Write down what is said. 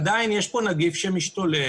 עדיין יש פה נגיף שמשתולל,